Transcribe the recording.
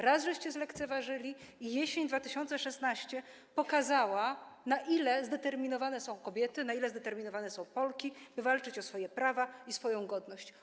Raz zlekceważyliście i jesień 2016 r. pokazała, na ile zdeterminowane są kobiety, na ile zdeterminowane są Polki, by walczyć o swoje prawa i swoją godność.